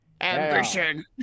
ambition